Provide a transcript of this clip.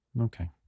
Okay